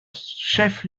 chef